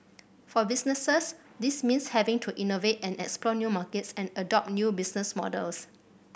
for businesses this means having to innovate and explore new markets and adopt new business models